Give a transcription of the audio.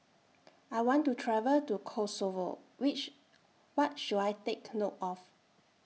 I want to travel to Kosovo Which What should I Take note of